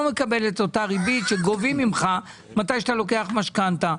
מקבל את אותה ריבית שגובים ממך מתי שאתה לוקח משכנתה.